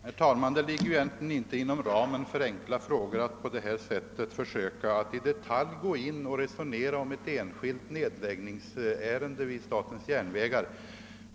Herr talman! Det ligger egentligen inte inom ramen för enkla frågor att på det här sättet försöka att i detalj resonera om ett enskilt nedläggningsärende vid statens järnvägar.